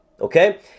okay